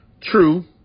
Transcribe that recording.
true